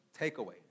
takeaway